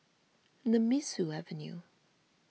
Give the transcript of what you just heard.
Nemesu Avenue